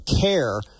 CARE